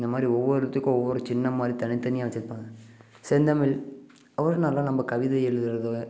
இந்தமாதிரி ஒவ்வொன்னுத்துக்கும் ஒவ்வொரு சின்னம் மாதிரி தனித்தனியாக வச்சுருப்பாங்க செந்தமிழ் அப்புறம் நல்லா நம்ம கவிதை எழுதுறது